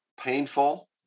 painful